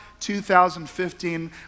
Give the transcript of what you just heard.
2015